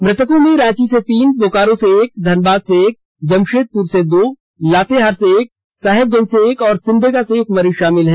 मृतकों में रांची से तीन बोकारो से एक धनबाद से एक जमशेदपुर से दो लातेहार से एक साहेबगज से एक और सिमडेगा से एक मरीज शामिल है